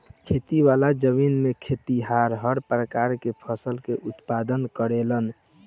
खेती वाला जमीन में खेतिहर हर प्रकार के फसल के उत्पादन करेलन